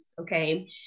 Okay